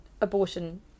abortion